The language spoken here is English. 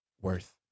worth